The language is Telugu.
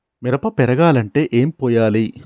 మిరప పెరగాలంటే ఏం పోయాలి?